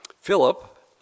Philip